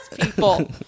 people